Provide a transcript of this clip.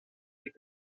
des